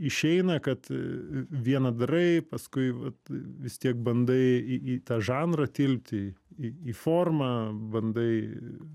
išeina kad vieną darai paskui vat vis tiek bandai į į tą žanrą tilpti į į formą bandai